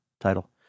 title